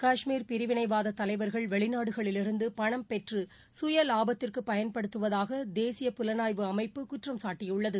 காஷ்மீர் பிரிவிளைவாத தலைவர்கள் வெளிநாடுகளிலிருந்து பணம் பெற்று சுய லாபத்திற்கு பயன்படுத்துவதாக தேசிய புலனாய்வு அமைப்பு குற்றம் சாட்டியுள்ளது